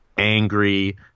Angry